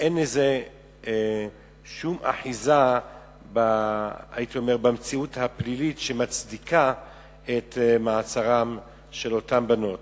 ואין אחיזה במציאות הפלילית שמצדיקה את מעצרן של אותן בנות.